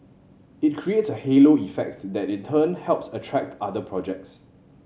it creates a halo effects that in turn helps attract other projects